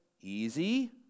easy